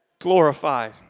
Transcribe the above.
glorified